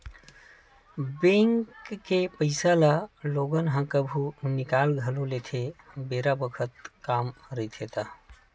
bank के पइसा ल लोगन ह कभु निकाल घलो लेथे बेरा बखत काम रहिथे ता